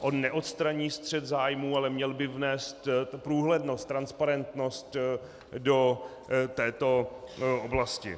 On neodstraní střet zájmů, ale měl by vnést průhlednost, transparentnost do této oblasti.